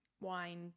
wine